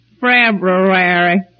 February